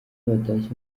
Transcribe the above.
batashye